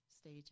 stage